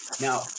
now